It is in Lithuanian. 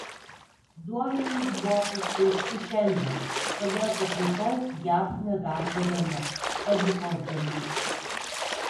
duomenys buvo paskelbti šiandien todėl kad rytoj jav nedarbo diena padėkos diena